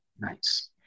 Nice